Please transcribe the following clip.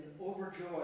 overjoyed